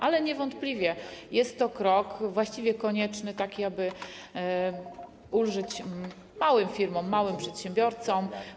Ale niewątpliwie jest to krok właściwie konieczny, taki aby ulżyć małym firmom, małym przedsiębiorcom.